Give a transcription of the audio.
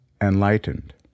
enlightened